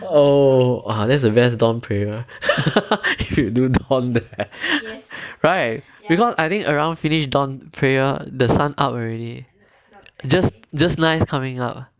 oh that's the best dawn prayer if you do dawn there right because I think around finish dawn prayer the sun up already just nice coming up